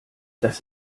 das